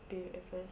pay at first